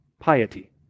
piety